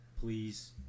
Please